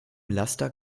laster